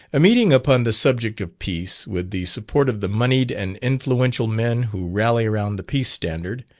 a meeting upon the subject of peace, with the support of the monied and influential men who rally around the peace standard,